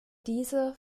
diese